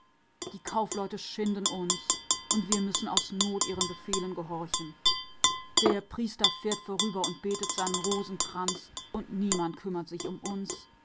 die kaufleute treten uns nieder und wir müssen tun was sie uns heißen der priester reitet vorüber und zählt die perlen seines rosenkranzes aber kein mensch kümmert sich um uns